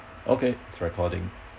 okay it's recording